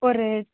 ஒரு